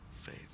faith